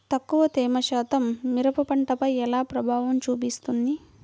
తక్కువ తేమ శాతం మిరప పంటపై ఎలా ప్రభావం చూపిస్తుంది?